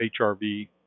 HRV